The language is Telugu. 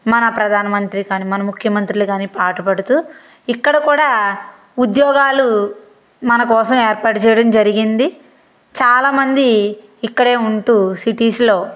మన ప్రధాన మంత్రి కానీ ముఖ్యమంత్రులు కానీ పాటుపడుతూ ఇక్కడ కూడా ఉద్యోగాలు మన కోసం ఏర్పాటు చేయడం జరిగింది చాలామంది ఇక్కడే ఉంటూ సిటీస్లో